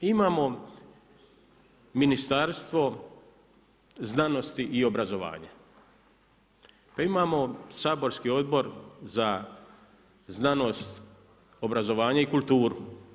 Imamo Ministarstvo znanosti i obrazovanja, pa imamo saborski odbor za znanost, obrazovanje i kulture.